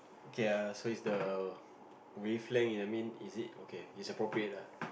okay err so is the wavelength I mean is it okay its appropriate ah